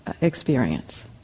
experience